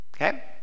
Okay